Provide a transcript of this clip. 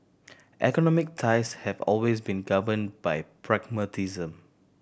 economic ties have always been governed by pragmatism